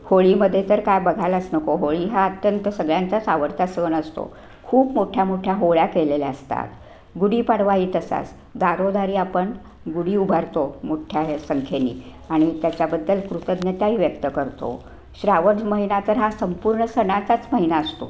होळीमध्ये तर काय बघायलाच नको होळी हा अत्यंत सगळ्यांचाच आवडता सण असतो खूप मोठ्या मोठ्या होळ्या केलेल्या असतात गुढीपाडवाही तसाच दारोदारी आपण गुढी उभारतो मोठ्या हे संख्येने आणि त्याच्याबद्दल कृतज्ञता व्यक्त करतो श्रावण महिना तर हा संपूर्ण सणाचाच महिना असतो